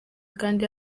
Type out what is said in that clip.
kandi